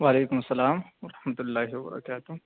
وعلیکم السّلام ورحمتہ اللہ و برکاتہ